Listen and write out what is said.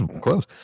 close